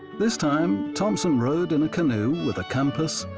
this time, thompson rode in a canoe with a compass,